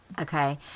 Okay